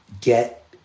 get